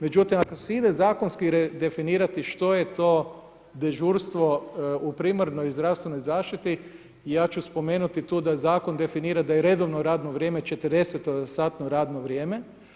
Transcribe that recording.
Međutim ako se ide zakonski redefinirati što je to dežurstvo u primarnoj zdravstvenoj zaštiti ja ću spomenuti tu da zakon definira da je redovno radno vrijeme 40. satno radno vrijeme.